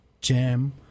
jam